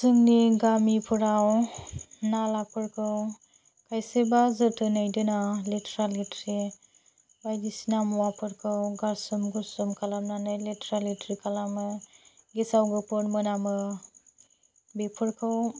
जोंनि गामिफोराव नालाफोरखौ एसेबो जोथोनै दोना लेथ्रा लेथ्रि बायदिसिना मुवाफोरखौ गारसोम गुरसोम खालामनानै लेथ्रा लेथ्रि खालामो गेसाव गोफोन मोनामो बेफोरखौ